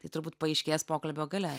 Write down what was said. tai turbūt paaiškės pokalbio gale